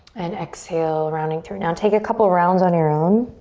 and exhale, rounding through now. take a couple rounds on your own.